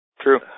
True